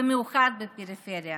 במיוחד בפריפריה.